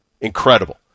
Incredible